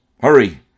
Hurry